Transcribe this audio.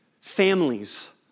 families